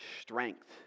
strength